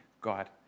God